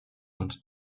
und